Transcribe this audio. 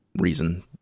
reason